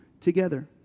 together